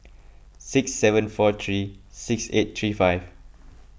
six seven four three six eight three five